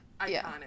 iconic